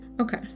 okay